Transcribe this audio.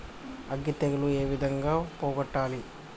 అగ్గి తెగులు ఏ విధంగా పోగొట్టాలి?